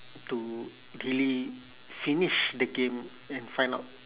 to really finish the game and find out